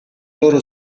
loro